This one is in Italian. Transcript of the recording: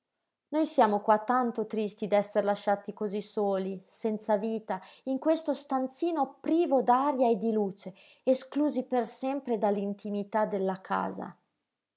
noi siamo qua tanto tristi d'esser lasciati cosí soli senza vita in questo stanzino privo d'aria e di luce esclusi per sempre dall'intimità della casa